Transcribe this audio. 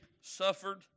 suffered